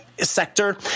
sector